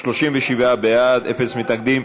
37 בעד, אין מתנגדים.